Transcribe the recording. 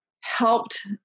helped